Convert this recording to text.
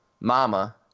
Mama